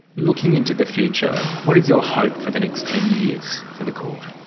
looking into the future, what is your hope for the next ten years for the court?